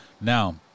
Now